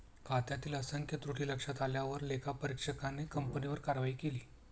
खात्यातील असंख्य त्रुटी लक्षात आल्यावर लेखापरीक्षकाने कंपनीवर कारवाई केली